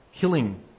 killing